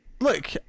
look